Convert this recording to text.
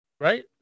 Right